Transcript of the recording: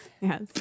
Yes